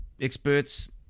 experts